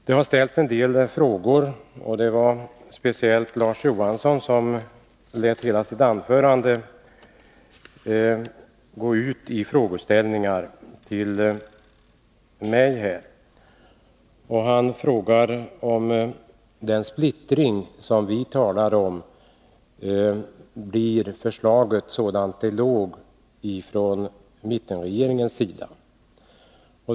Det har ställts en del frågor, och speciellt Larz Johansson lät hela sitt anförande mynna ut i frågeställningar till mig. Han frågar om den splittring som vi talar om innebär att förslaget blir sådant som det lades fram från mittenregeringens sida.